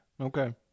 Okay